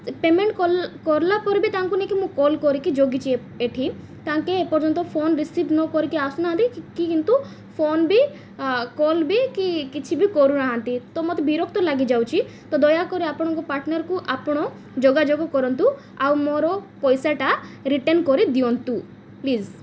payment କଲା ପରେ ବି ତାଙ୍କୁ ନେଇକି ମୁଁ କଲ୍ କରିକି ଜଗିଛି ଏଠି ତାଙ୍କେ ଏପର୍ଯ୍ୟନ୍ତ ଫୋନ ରିସିଭ୍ ନ କରିକି ଆସୁନାହାନ୍ତି କି କିନ୍ତୁ ଫୋନ ବି କଲ୍ ବି କି କିଛି ବି କରୁନାହାନ୍ତି ତ ମୋତେ ବିରକ୍ତ ଲାଗିଯାଉଛି ତ ଦୟାକରି ଆପଣଙ୍କ ପାାର୍ଟନର୍କୁ ଆପଣ ଯୋଗାଯୋଗ କରନ୍ତୁ ଆଉ ମୋର ପଇସାଟା ରିଟର୍ଣ୍ଣ କରି ଦିଅନ୍ତୁ ପ୍ଲିଜ୍